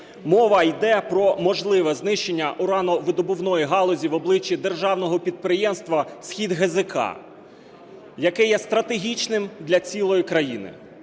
Мова йде про можливе знищення урановидобувної галузі в обличчі державного підприємства "Схід ГЗК", яке є стратегічним для цілої країни.